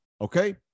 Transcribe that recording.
okay